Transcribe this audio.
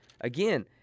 again